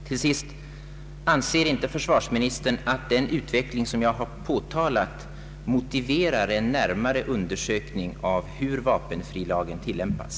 Till sist: Anser ändå inte försvars ministern att den utveckling som jag här har påtalat motiverar en närmare undersökning av hur vapenfrilagen tilllämpas?